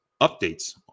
updates